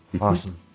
Awesome